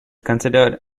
considered